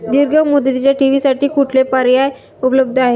दीर्घ मुदतीच्या ठेवींसाठी कुठले पर्याय उपलब्ध आहेत?